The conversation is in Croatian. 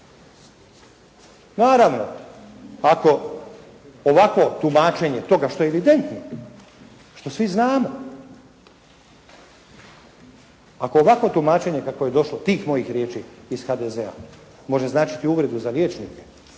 Naravno, ako ovako tumačenje toga što je evidentno, što svi znamo, ako ovakvo tumačenje kakvo je došlo, tih mojih riječi ih HDZ-a može značiti uvrede za liječnike,